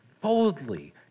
boldly